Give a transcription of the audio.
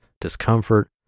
discomfort